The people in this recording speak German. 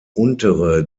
untere